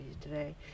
today